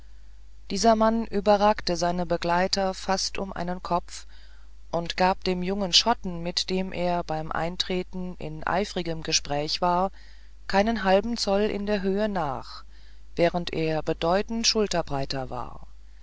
dieser mann überragte seine begleiter fast um einen kopf und gab dem jungen schotten mit dem er beim eintreten in eifrigem gespräch war keinen halben zoll in der höhe nach während er bedeutend schulterbreiter war